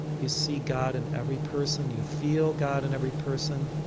you see god in every person, you feel god in every person.